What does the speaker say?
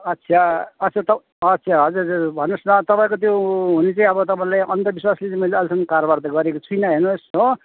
अच्छा अच्छा त अच्छा हजुर हजुर हजुर भन्नुहोस् न तपाईँको त्यो हुनु चाहिँ अब तपाईँलाई अन्धविश्वासले चाहिँ मैले अहिलेसम्म कारबार चाहिँ गरेको छुइनँ हेर्नुहोस् हो